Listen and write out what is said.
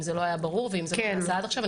אם זה לא היה ברור ואם זה לא נעשה עד עכשיו.